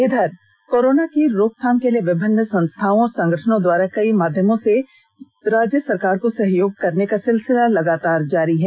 इधर कोरोना की रोकथाम के लिए विभिन्न संस्थाओं और संगठनों द्वारा कई माध्यमों से राज्य सरकार को सहयोग करने का सिलसिला लगातार जारी है